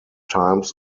times